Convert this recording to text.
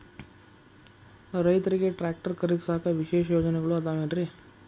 ರೈತರಿಗೆ ಟ್ರ್ಯಾಕ್ಟರ್ ಖರೇದಿಸಾಕ ವಿಶೇಷ ಯೋಜನೆಗಳು ಅದಾವೇನ್ರಿ?